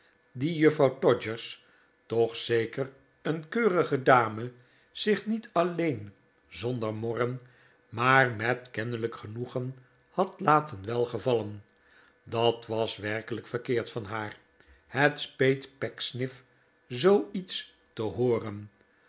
dien juffrouw todgers toch zeker een keurige dame zich niet alleen zonder morren maar met kennelijk genoegen had laten welgevallen dat was werkelijk verkeerd van haar het speet pecksniff zooiets te hooren